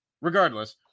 Regardless